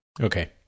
Okay